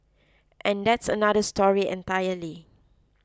and that's another story entirely